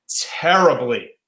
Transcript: terribly